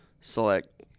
select